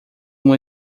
uma